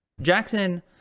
Jackson